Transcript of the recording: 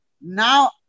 now